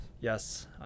Yes